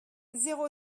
zéro